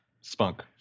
spunk